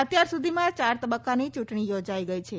અત્યાર સુધીમાં ચાર તબક્કાની ચ્રંટણી યોજાઈ ગઈ છે